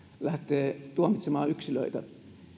lähtee tuomitsemaan yksilöitä